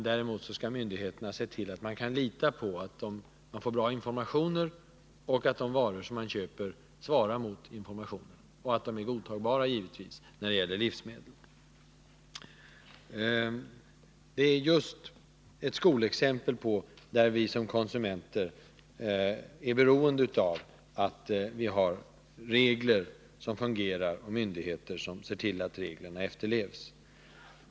Däremot skall myndigheterna se till att konsumenterna får bra information, att de varor som de köper svarar mot informationen, och när det gäller livsmedel givetvis också att varorna är godtagbara. Detta är just ett skolexempel på att vi som konsumenter är beroende av att ha regler som fungerar och myndigheter som ser till att reglerna efterlevs.